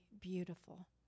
beautiful